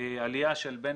עלייה של בין